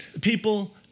People